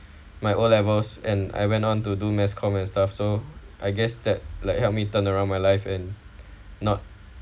my O levels and I went on to do mass comm and stuff so I guess that like help me turned around my life and not